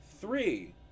Three